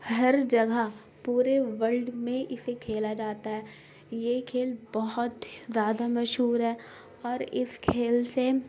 ہر جگہ پورے ورلڈ میں اسے کھیلا جاتا ہے یہ کھیل بہت زیادہ مشہور ہے اور اس کھیل سے